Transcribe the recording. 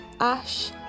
Ash